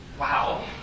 Wow